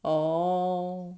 oh